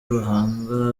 bahanga